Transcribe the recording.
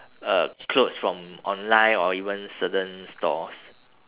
uh clothes from online or even certain stores